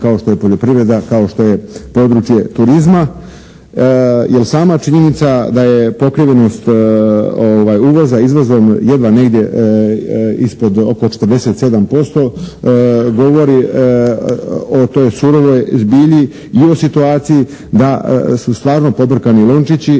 kao što je poljoprivreda kao što je područje turizma jer sama činjenica da je pokrivenost uvoza izvozom jedva negdje ispod oko 47% govori o toj surovoj zbilji i o situaciji da su stvarno pobrkani lončići